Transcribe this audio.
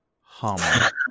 hum